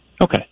Okay